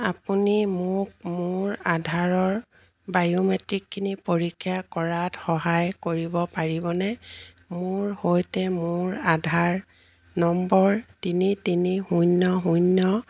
আপুনি মোক মোৰ আধাৰৰ বায়োমেট্ৰিকখিনি পৰীক্ষা কৰাত সহায় কৰিব পাৰিবনে মোৰ সৈতে মোৰ আধাৰ নম্বৰ তিনি তিনি শূন্য শূন্য